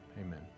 amen